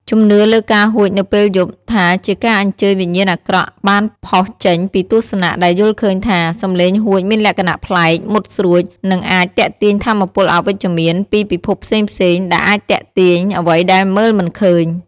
ជំនឿលើការហួចនៅពេលយប់ថាជាការអញ្ជើញវិញ្ញាណអាក្រក់បានផុសចេញពីទស្សនៈដែលយល់ឃើញថា សំឡេងហួចមានលក្ខណៈប្លែក មុតស្រួច និងអាច ទាក់ទាញថាមពលអវិជ្ជមាន ពីពិភពផ្សេងៗ ដែលអាចទាក់ទាញអ្វីដែលមើលមិនឃើញ។